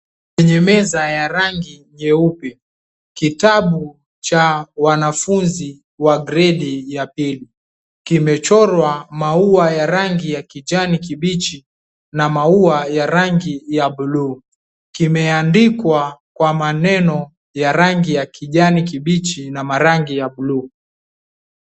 Kwenye meza ya rangi nyeupe. Kitabu cha wanafunzi wa gredi ya pili kimechorwa maua ya rangi ya kijani kibichi na maua ya rangi ya buluu. Kimeandikwa kwa maneno ya rangi ya kijani kibichi na marangi ya buluu.